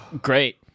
Great